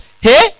Hey